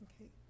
Okay